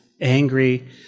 angry